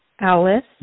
Alice